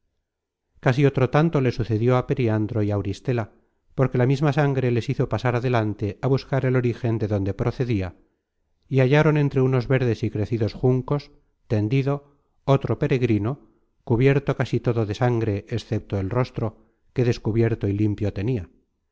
casi otro tanto le sucedió á periandro y auristela porque la misma sangre les hizo pasar adelante á buscar el origen de donde procedia y hallaron entre unos verdes y crecidos juncos tendido otro peregrino cubierto casi todo de sangre excepto el rostro que descubierto y limpio tenia